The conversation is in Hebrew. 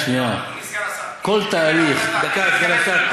שנייה, אדוני סגן השר, כל תהליך, דקה, סגן השר.